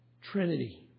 trinity